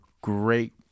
great